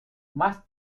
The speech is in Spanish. más